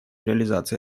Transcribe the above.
реализации